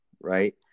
right